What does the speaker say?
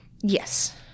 yes